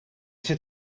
zit